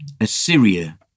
Assyria